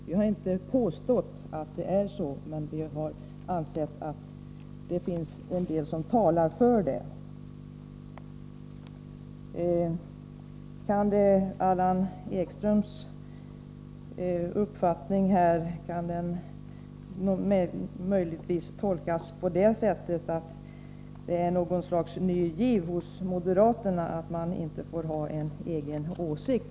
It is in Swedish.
Vi har inte påstått att det är så, men vi anser att det finns en del som talar för det. Kan Allan Ekströms uppfattning möjligtvis tolkas på det sättet att det är något slags ny giv hos moderaterna att man inte får ha en egen åsikt?